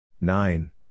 Nine